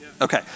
Okay